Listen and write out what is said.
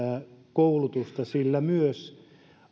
koulutusta sillä myös